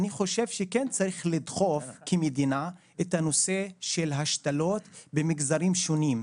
אני חושב שכן צריך לדחוף כמדינה את הנושא של השתלות במגזרים שונים,